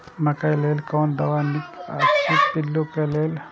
मकैय लेल कोन दवा निक अछि पिल्लू क लेल?